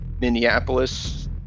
Minneapolis